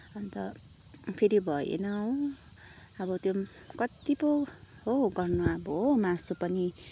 अन्त फेरि भएन हो अब त्यो कति पो हो गर्नु अब हो मासु पनि